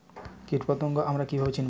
কীটপতঙ্গ আমরা কীভাবে চিনব?